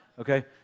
Okay